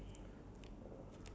back to normal ya